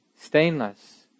stainless